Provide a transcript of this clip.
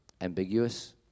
ambiguous